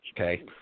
okay